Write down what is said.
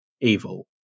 evil